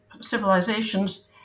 civilizations